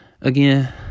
again